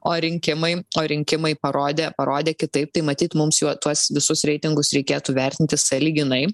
o rinkimai rinkimai parodė parodė kitaip tai matyt mums juo tuos visus reitingus reikėtų vertinti sąlyginai